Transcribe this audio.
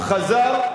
חזר,